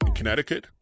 Connecticut